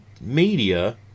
media